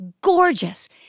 gorgeous